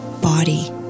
body